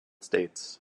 states